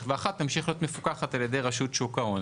ואחת תהיה מפוקחת על ידי רשות שוק ההון,